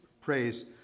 praise